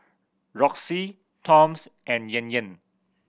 Roxy Toms and Yan Yan